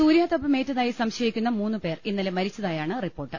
സൂര്യാതപമേറ്റതായി സംശയിക്കുന്ന മൂന്ന് പേർ ഇന്നലെ മരിച്ച തായാണ് റിപ്പോർട്ട്